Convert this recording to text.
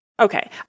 Okay